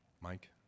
mike